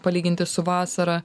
palyginti su vasarą